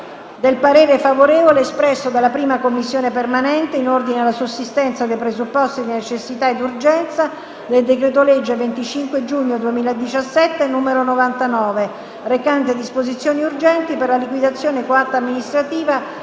del parere favorevole espresso dalla 1a Commissione permanente in ordine alla sussistenza dei presupposti di necessità ed urgenza del decreto-legge 25 giugno 2017, n. 99, recante disposizioni urgenti per la liquidazione coatta amministrativa